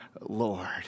Lord